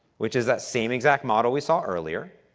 which is that same exact model we saw earlier,